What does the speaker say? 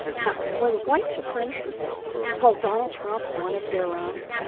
you know, when the white supremacists called donald trump one of their own,